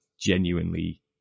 genuinely